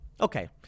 okay